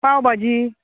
पाव भाजी